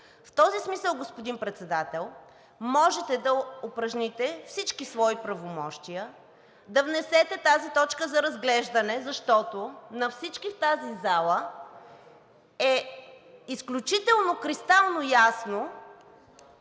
В този смисъл, господин Председател, можете да упражните всички свои правомощия, да внесете тази точка за разглеждане, защото на всички в тази зала е изключително кристално ясно